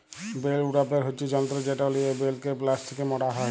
bell উড়াপের হচ্যে যন্ত্র যেটা লিয়ে বেলকে প্লাস্টিকে মড়া হ্যয়